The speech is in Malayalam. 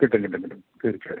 കിട്ടും കിട്ടും കിട്ടും തീർച്ചയായും